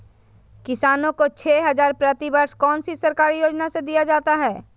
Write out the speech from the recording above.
किसानों को छे हज़ार प्रति वर्ष कौन सी सरकारी योजना से दिया जाता है?